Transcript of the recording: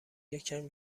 یکم